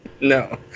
No